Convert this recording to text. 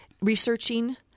researching